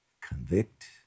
convict